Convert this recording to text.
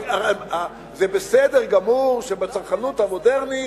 זה בסדר גמור שבצרכנות המודרנית,